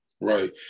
Right